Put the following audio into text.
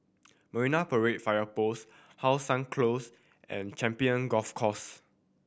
Marine Parade Fire Post How Sun Close and Champion Golf Course